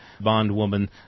bondwoman